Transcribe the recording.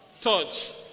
Touch